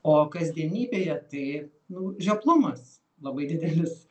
o kasdienybėje tai nu žioplumas labai didelis